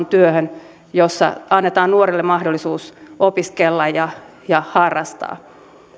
työhön jossa annetaan nuorille mahdollisuus opiskella ja ja harrastaa